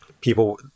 people